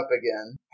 again